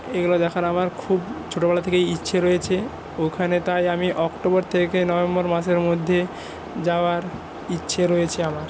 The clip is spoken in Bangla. এইগুলো দেখার আমার খুব ছোটবেলা থেকেই ইচ্ছে রয়েছে ওখানে তাই আমি অক্টোবর থেকে নভেম্বর মাসের মধ্যে যাওয়ার ইচ্ছে রয়েছে আমার